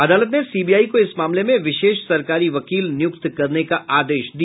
अदालत ने सीबीआई को इस मामले में विशेष सरकारी वकील नियुक्त करने का आदेश दिया